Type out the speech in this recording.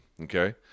okay